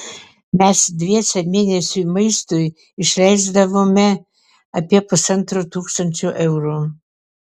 mes dviese mėnesiui maistui išleisdavome apie pusantro tūkstančio eurų